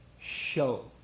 show